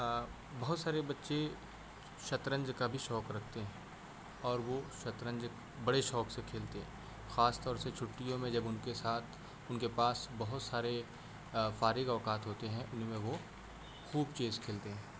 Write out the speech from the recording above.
بہت سارے بچے شطرنج کا بھی شوق رکھتے ہیں اور وہ شطرنج بڑے شوق سے کھیلتے ہیں خاص طور سے چھٹیوں میں جب ان کے ساتھ ان کے پاس بہت سارے فارغ اوقات ہوتے ہیں ان میں وہ خوب چیس کھیلتے ہیں